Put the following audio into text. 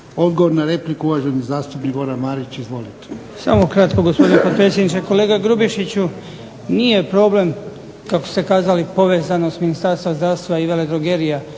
Odgovor na repliku, uvaženi zastupnik Goran Marić. Izvolite. **Marić, Goran (HDZ)** Samo kratko gospodine potpredsjedniče. Kolega Grubišiću, nije problem kako ste kazali povezanost Ministarstva zdravstva i veledrogerija.